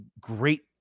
great